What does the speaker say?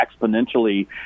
exponentially